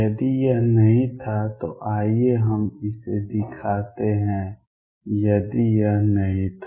यदि यह नहीं था तो आइए हम इसे दिखाते हैं यदि यह नहीं था